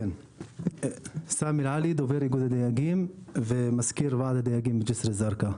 אני דובר איגוד הדייגים ומזכיר ועד הדייגים בג'סר א-זרקא.